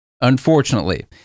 unfortunately